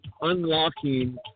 unlocking